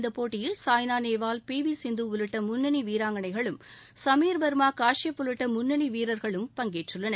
இந்தப் போட்டியில் Saina Nehwal P V Sindhu உள்ளிட்ட முன்னணி வீராங்கணைகளும் சமீர் வர்மா காஷ்பப் உள்ளிட்ட முன்னணி வீரர்களும் பங்கேற்றுள்ளனர்